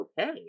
okay